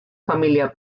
familia